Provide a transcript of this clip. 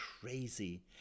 crazy